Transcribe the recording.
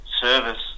service